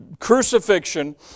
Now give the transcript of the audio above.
Crucifixion